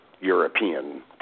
European